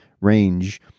range